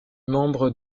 membres